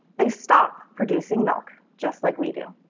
they stop producing milk, just like we do.